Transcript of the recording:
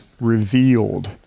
revealed